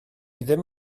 ddim